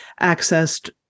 accessed